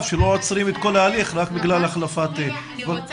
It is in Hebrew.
שלא עוצרים את כל ההליך רק בגלל החלפת --- הערה.